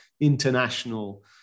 international